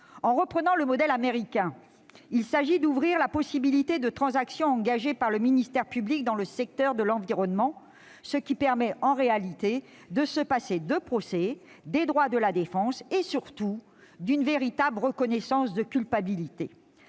En reprenant le modèle américain, il s'agit d'ouvrir la possibilité de transaction engagée par le ministère public dans le secteur de l'environnement. Cela permet en réalité de se passer de procès, des droits de la défense et, surtout, d'une véritable reconnaissance de culpabilité.